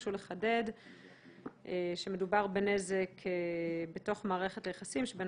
התבקשו לחדד שמדובר בנזק בתוך מערכת היחסים שבין